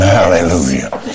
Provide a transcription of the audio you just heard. Hallelujah